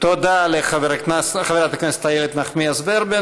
תודה לחברת הכנסת איילת נחמיאס ורבין.